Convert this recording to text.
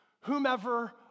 whomever